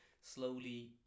slowly